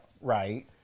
Right